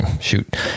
Shoot